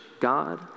God